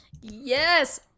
Yes